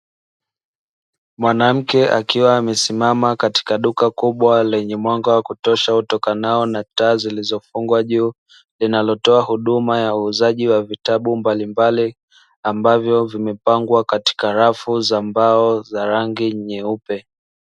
Mwanamke akiwa amesimama katika duka kubwa lenye mwanga wa kutosha utokanao na taa zilizofungwa juu, linalotoa huduma ya uuzaji wa vitabu mbalimbali ambavyo vimepangwa katika rafu za mbao za rangi nyeupe.